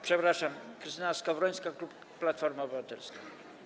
Przepraszam, poseł Krystyna Skowrońska, klub Platforma Obywatelska.